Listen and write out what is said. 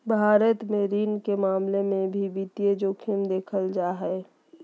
भारत मे ऋण के मामलों मे भी वित्तीय जोखिम देखल जा हय